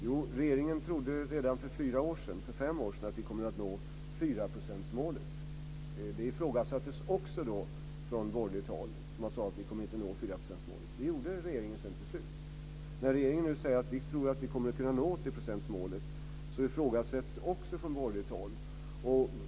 Jo, regeringen trodde redan för fem år sedan att vi kommer att nå 4 procentsmålet. Det ifrågasattes också då från borgerligt håll. Man sade att vi inte kommer att nå 4 procentsmålet. Det gjorde regeringen till slut. När regeringen nu säger att vi tror att vi kommer att nå 80-procentsmålet ifrågasätts också det från borgerligt håll.